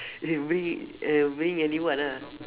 you bring eh you bring a new one ah